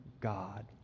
God